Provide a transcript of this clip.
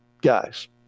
Guys